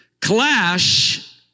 clash